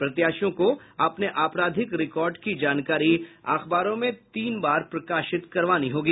प्रत्याशियों को अपने आपराधिक रिकॉर्ड की जानकारी अखबारों में तीन बार प्रकाशित करवानी होगी